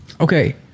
Okay